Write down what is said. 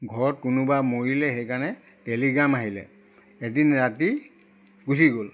ঘৰত কোনোবা মৰিলে সেইকাৰণে টেলিগ্ৰাম আহিলে এদিন ৰাতি গুচি গ'ল